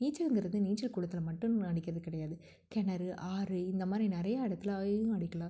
நீச்சலுங்கிறது நீச்சல் குளத்தில் மட்டும் அடிக்கிறது கிடையாது கிணறு ஆறு இந்த மாதிரி நிறைய இடத்துலையும் அடிக்கலாம்